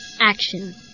Action